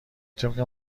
طبق